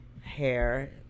hair